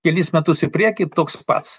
kelis metus į priekį toks pats